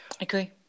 agree